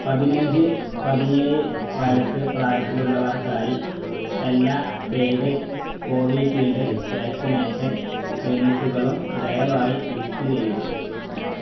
പതിനഞ്ച് പതിനേഴ് വയസ്സ് പ്രായത്തിലുള്ളവർക്കായി എല്ലാ പെയ്ഡ് കോവിഷീൽഡ് വാക്സിനേഷൻ ക്ലിനിക്കുകളും ദയവായി ലിസ്റ്റ് ചെയ്യുക